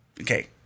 Okay